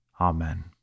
Amen